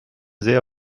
sehr